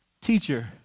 Teacher